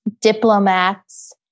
diplomats